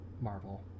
Marvel